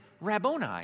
Rabboni